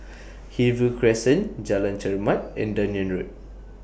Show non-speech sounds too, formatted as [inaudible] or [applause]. [noise] Hillview Crescent Jalan Chermat and Dunearn Road